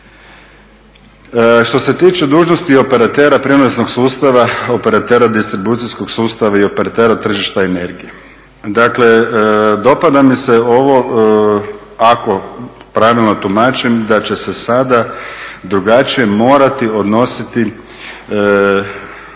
Što se tiče dužnosti operatera prijenosnog sustava, operatera distribucijskog sustava i operatera tržišta energije. Dakle, dopada mi se ovo ako pravilno tumačim da će se sada drugačije morati odnositi